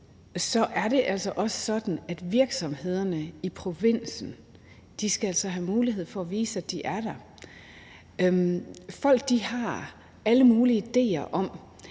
Så er det altså også sådan, at virksomhederne i provinsen skal have mulighed for at vise, at de er der. Folk har alle mulige idéer om,